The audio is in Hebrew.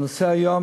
הנושא היום,